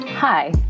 Hi